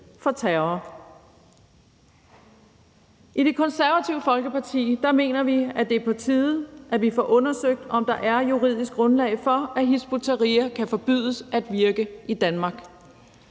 for terror. I Det Konservative Folkeparti mener vi, at det er på tide, at vi får undersøgt, om der er juridisk grundlag for, at Hizb ut-Tahrir kan forbydes at virke i Danmark.